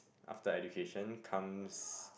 after education comes